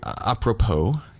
apropos